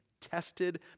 tested